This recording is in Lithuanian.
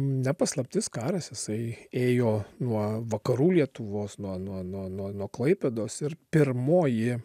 ne paslaptis karas jisai ėjo nuo vakarų lietuvos nuo nuo nuo nuo nuo klaipėdos ir pirmoji